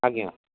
ଆଜ୍ଞା